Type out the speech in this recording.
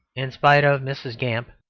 in spite of mrs. gamp,